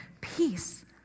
peace